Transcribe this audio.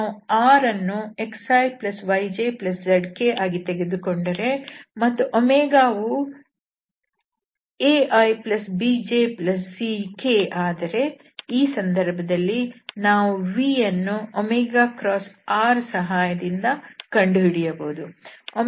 ನಾವು rಅನ್ನು xiyjzkಆಗಿ ತೆಗೆದುಕೊಂಡರೆ ಮತ್ತು ಒಮೇಗಾ ವು aibjckಆದರೆ ಈ ಸಂದರ್ಭದಲ್ಲಿ ನಾವು vಯನ್ನು r ಸಹಾಯದಿಂದ ಕಂಡುಹಿಡಿಯಬಹುದು